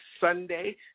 Sunday